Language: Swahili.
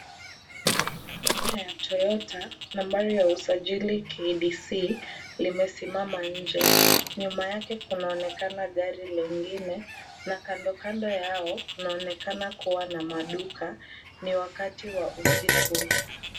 Gari aina ya Toyota nambari ya usajili KBC limesimama nje. Nyuma yake kunaonekana gari lingine na kando kando yao kunaonekana kuwa na maduka. Ni wakati wa usiku.